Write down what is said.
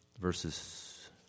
verses